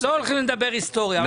אנחנו לא הולכים לדבר היסטוריה.